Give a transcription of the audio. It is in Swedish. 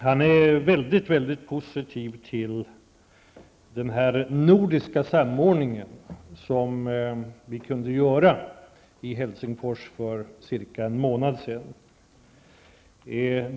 Han är mycket positivt inställd till den nordiska samordning som man kom fram till i Helsingfors för cirka en månad sedan.